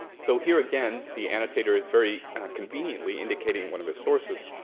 so here again the annotator is very conveniently indicating one of his sources